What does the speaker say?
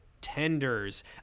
tenders